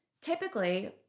Typically